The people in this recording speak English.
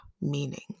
meaning